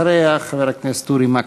ואחריה, חבר הכנסת אורי מקלב,